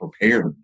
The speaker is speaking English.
prepared